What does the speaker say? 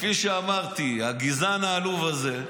כפי שאמרתי, הגזען העלוב הזה,